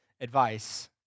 advice